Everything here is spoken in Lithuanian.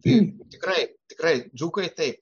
tai tikrai tikrai dzūkai taip